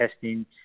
testing